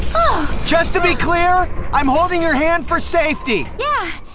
just to be clear, i'm holding your hand for safety. yeah.